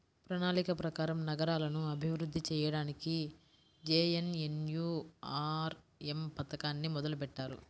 ప్రణాళిక ప్రకారం నగరాలను అభివృద్ధి చెయ్యడానికి జేఎన్ఎన్యూఆర్ఎమ్ పథకాన్ని మొదలుబెట్టారు